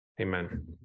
Amen